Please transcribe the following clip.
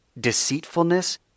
deceitfulness